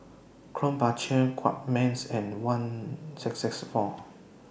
Krombacher Guardsman and one six six four